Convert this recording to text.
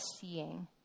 seeing